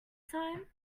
time